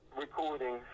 recording